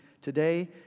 today